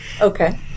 Okay